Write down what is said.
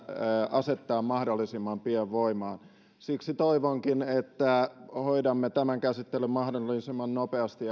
asettaa mahdollisimman pian voimaan siksi toivonkin että hoidamme tämän käsittelyn mahdollisimman nopeasti